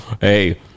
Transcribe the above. hey